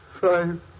Five